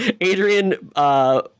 Adrian